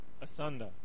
asunder